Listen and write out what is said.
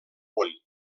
món